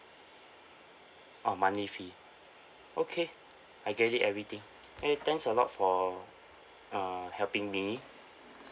oh monthly fee okay I get it everything K thanks a lot for uh helping me